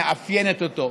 שמאפיינת אותו.